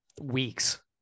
weeks